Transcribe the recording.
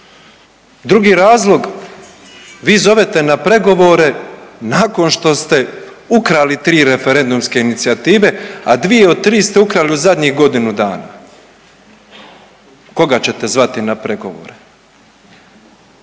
Drugi razlog, vi zovete na pregovore nakon što ste ukrali 3 referendumske inicijative, a 2 od 3 ste ukrali u zadnjih godinu dana. Koga ćete zvati na pregovore?